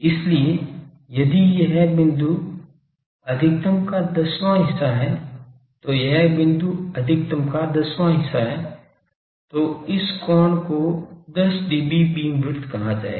इसलिए यदि यह बिंदु अधिकतम का दसवां हिस्सा है तो यह बिंदु अधिकतम का दसवां हिस्सा है तो इस कोण को 10 dB बीमविड्थ कहा जाएगा